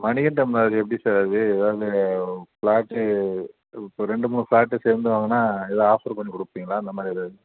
மணிகண்டம் அது எப்படி சார் அது ஏதாவது ஃபிளாட்டு இப்போ ரெண்டு மூணு ஃபிளாட்டு சேர்ந்து வாங்குனா ஏதாது ஆஃபர் கொஞ்சம் கொடுப்பீங்களா அந்த மாதிரி ஏதாவது